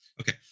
Okay